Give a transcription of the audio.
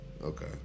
Okay